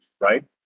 right